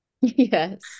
Yes